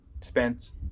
Spence